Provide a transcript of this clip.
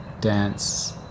dance